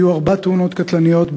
היו ארבע תאונות קטלניות,